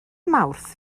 mawrth